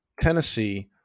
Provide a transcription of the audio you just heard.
Tennessee